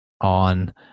on